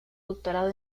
doctorado